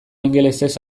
ingelesez